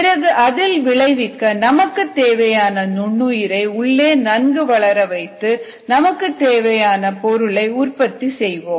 பிறகு அதில் விளைவிக்க நமக்குத் தேவையான நுண்ணுயிரை உள்ளே நன்கு வளர வைத்து நமக்கு தேவையான பொருளை உற்பத்தி செய்வோம்